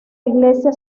iglesia